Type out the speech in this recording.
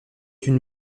une